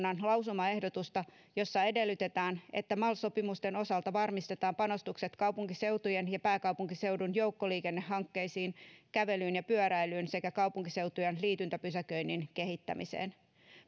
valtiovarainvaliokunnan lausumaehdotusta jossa edellytetään että mal sopimusten osalta varmistetaan panostukset kaupunkiseutujen ja pääkaupunkiseudun joukkoliikennehankkeisiin kävelyyn ja pyöräilyyn sekä kaupunkiseutujen liityntäpysäköinnin kehittämiseen